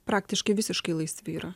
praktiškai visiškai laisvi yra